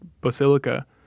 basilica